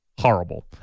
horrible